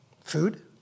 Food